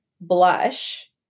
blush